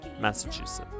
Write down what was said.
Massachusetts